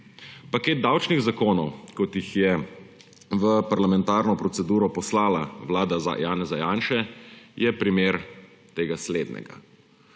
Paket davčnih zakonov, kot jih je v parlamentarno proceduro poslala vlada Janeza Janše, je primer tega slednjega.